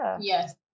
Yes